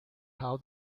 how